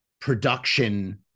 production